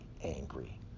angry